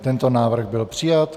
Tento návrh byl přijat.